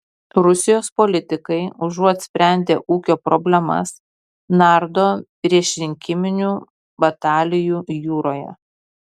rusijos politikai užuot sprendę ūkio problemas nardo priešrinkiminių batalijų jūroje